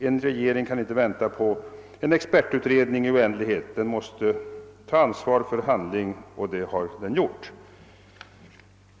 En regering kan inte vänta på en expertutredning i oändlighet, hette det, den måste ta ansvar för handling, och det har den gjort.